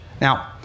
Now